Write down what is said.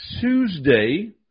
Tuesday